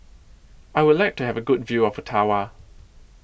I Would like to Have A Good View of Ottawa